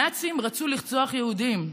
הנאצים רצו לרצוח יהודים,